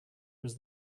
was